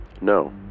No